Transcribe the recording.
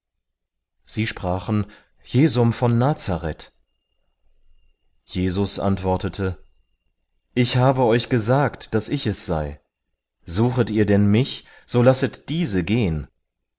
sie sprachen jesum von nazareth jesus antwortete ich habe euch gesagt daß ich es sei suchet ihr denn mich so lasset diese gehen